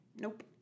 Nope